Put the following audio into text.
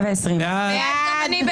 21,241 עד 21,260. מי בעד?